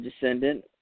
descendant